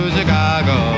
Chicago